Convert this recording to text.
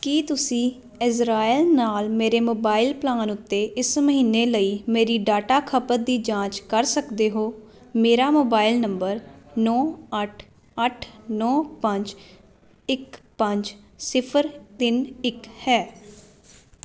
ਕੀ ਤੁਸੀਂ ਏਜਰਾਇਲ ਨਾਲ ਮੇਰੇ ਮੋਬਾਈਲ ਪਲਾਨ ਉੱਤੇ ਇਸ ਮਹੀਨੇ ਲਈ ਮੇਰੀ ਡਾਟਾ ਖਪਤ ਦੀ ਜਾਂਚ ਕਰ ਸਕਦੇ ਹੋ ਮੇਰਾ ਮੋਬਾਈਲ ਨੰਬਰ ਨੌ ਅੱਠ ਅੱਠ ਨੌ ਪੰਜ ਇੱਕ ਪੰਜ ਸਿਫਰ ਤਿੰਨ ਇੱਕ ਹੈ